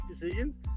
decisions